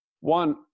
one